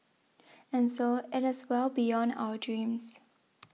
and so it is well beyond our dreams